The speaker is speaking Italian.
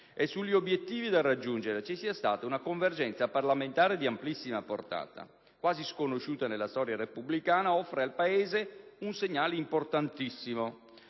e sugli obiettivi da raggiungere ci sia stata una convergenza parlamentare di amplissima portata, quasi sconosciuta nella storia repubblicana, offre al Paese un segnale importantissimo.